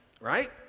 Right